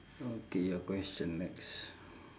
okay your question next